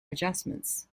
adjustments